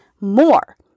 more